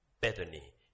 Bethany